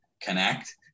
Connect